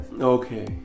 okay